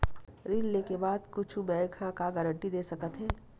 ऋण लेके बाद कुछु बैंक ह का गारेंटी दे सकत हे?